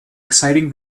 exciting